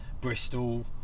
Bristol